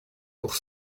pour